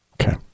Okay